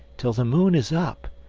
till the moon is up,